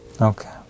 Okay